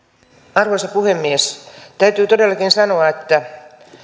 arvoisa puhemies täytyy todellakin sanoa että